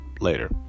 Later